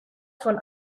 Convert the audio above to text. von